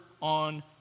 on